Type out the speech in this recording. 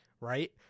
right